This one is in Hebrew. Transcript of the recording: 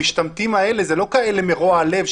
שהמשתמטים האלה זה לא כאלה מרוע לב.